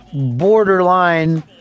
borderline